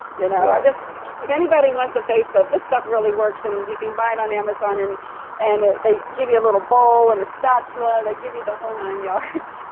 you know and so if anybody wants a face lift, this stuff really works and you can buy it on amazon and and they give you a little bowl and a spatula. they give you the whole nine yards.